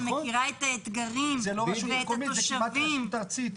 שמכירה את האתגרים ואת התושבים.